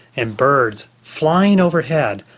and birds flying overhead,